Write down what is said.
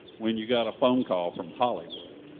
when you got a phone call from hollywood,